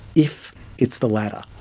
if it's the latter,